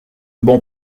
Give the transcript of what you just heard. bon